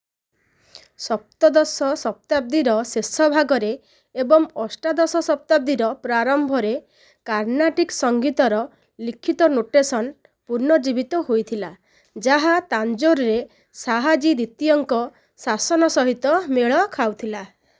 ସପ୍ତଦଶ ଶତାବ୍ଦୀର ଶେଷ ଭାଗରେ ଏବଂ ଅଷ୍ଟାଦଶ ଶତାବ୍ଦୀର ପ୍ରାରମ୍ଭରେ କାର୍ନାଟିକ୍ ସଂଗୀତର ଲିଖିତ ନୋଟେସନ୍ ପୁନର୍ଜୀବିତ ହୋଇଥିଲା ଯାହା ତାଞ୍ଜୋରରେ ଶାହାଜି ଦ୍ୱିତୀୟଙ୍କ ଶାସନ ସହିତ ମେଳ ଖାଉଥିଲା